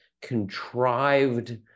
contrived